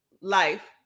life